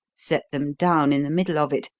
set them down in the middle of it,